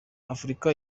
afurika